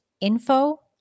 info